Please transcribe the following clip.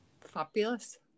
Fabulous